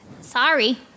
Sorry